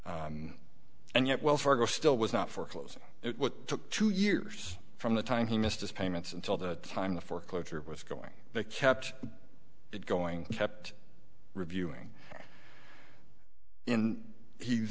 and yet wells fargo still was not foreclosing it took two years from the time he missed his payments until the time the foreclosure was going they kept it going kept reviewing